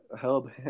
held